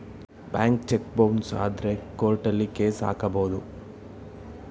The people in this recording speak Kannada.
ಬ್ಯಾಂಕ್ ಚೆಕ್ ಬೌನ್ಸ್ ಆದ್ರೆ ಕೋರ್ಟಲ್ಲಿ ಕೇಸ್ ಹಾಕಬಹುದು